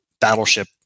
battleship